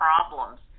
problems